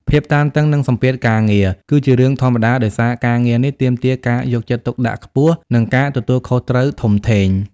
ភាពតានតឹង និងសម្ពាធការងារ គឺជារឿងធម្មតា ដោយសារការងារនេះទាមទារការយកចិត្តទុកដាក់ខ្ពស់ និងការទទួលខុសត្រូវធំធេង។